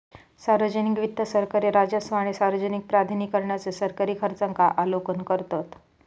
सार्वजनिक वित्त सरकारी राजस्व आणि सार्वजनिक प्राधिकरणांचे सरकारी खर्चांचा आलोकन करतत